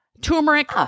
turmeric